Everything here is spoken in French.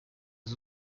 les